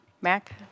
Mac